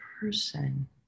person